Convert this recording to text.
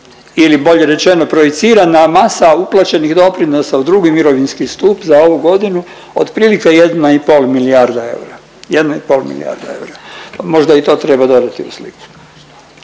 ili bolje rečeno projicirana masa uplaćenih doprinosa u drugi mirovinski stup za ovu godinu otprilike 1,5 milijarda eura, 1,5 milijarda eura pa možda i to treba dodati u sliku.